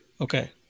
Okay